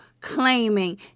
claiming